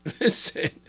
Listen